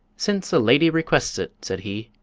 since a lady requests it, said he,